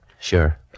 Sure